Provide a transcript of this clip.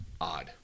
odd